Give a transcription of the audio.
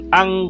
ang